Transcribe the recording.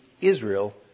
Israel